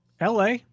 LA